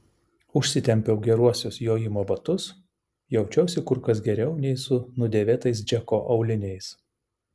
užsitempiau geruosius jojimo batus jaučiausi kur kas geriau nei su nudėvėtais džeko auliniais